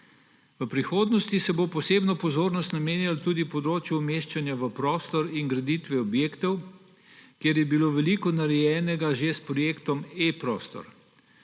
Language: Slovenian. V prihodnosti se bo posebno pozornost namenjalo tudi področju umeščanja v prostor in graditvi objektov, kjer je bilo veliko narejenega že s projektom eProstor.